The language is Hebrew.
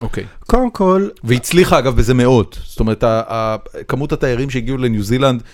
אוקיי, והצליחה אגב בזה מאוד, זאת אומרת כמות התיירים שהגיעו לניו זילנד.